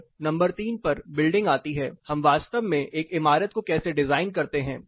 फिर नंबर 3 पर बिल्डिंग आती है हम वास्तव में एक इमारत को कैसे डिज़ाइन करते हैं